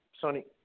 Sonny